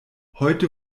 heute